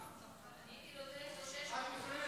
אני הייתי נותנת לו שש דקות.